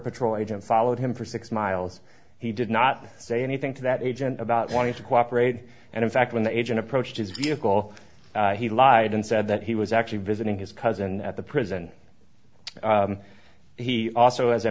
patrol agent followed him for six miles he did not say anything to that agent about wanting to cooperate and in fact when the agent approached his vehicle he lied and said that he was actually visiting his cousin at the prison he also as i